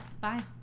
Bye